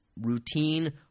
routine